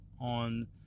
on